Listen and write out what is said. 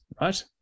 right